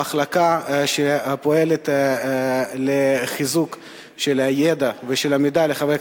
המחלקה פועלת לחיזוק הידע והמידע אצל חברי